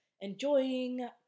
enjoying